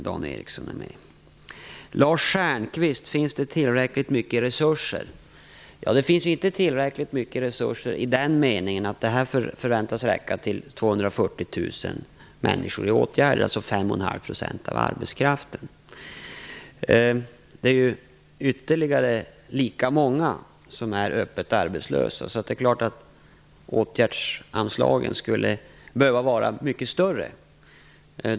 Lars Stjernkvist undrar om det finns tillräckligt stora resurser. Det finns inte tillräckligt stora resurser i den meningen att de förväntas räcka till 240 000 Det är ytterligare lika många som är öppet arbetslösa, så det är klart att åtgärdsanslagen skulle behöva vara mycket större.